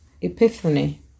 Epiphany